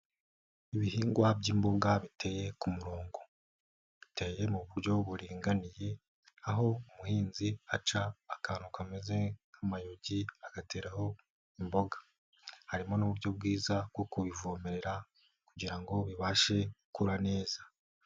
Ibihingwa by'imbuga biteye ku murongo, biteye mu buryo buriringaniye, aho umuhinzi aca akantu kameze nk'amayugi agateraho imboga, harimo n'uburyo bwiza bwo kubivomerera, kugira ngo bibashe gukura neza.